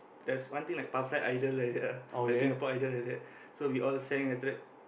there's one thing like perfect idol like that ah like Singapore-Idol like that so we all sang after that